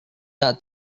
tak